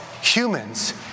humans